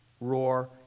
roar